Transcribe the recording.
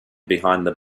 behind